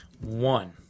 One